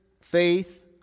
faith